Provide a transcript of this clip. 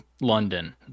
London